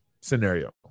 scenario